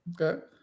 Okay